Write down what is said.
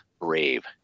Brave